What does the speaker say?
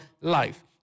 life